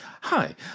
hi